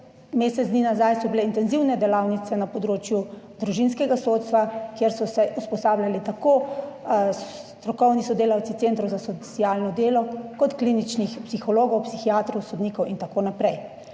mesec dni nazaj so bile intenzivne delavnice na področju družinskega sodstva, kjer so se usposabljali tako strokovni sodelavci centrov za socialno delo kot kliničnih psihologov, psihiatrov, sodnikov in tako naprej.